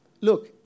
look